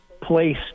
place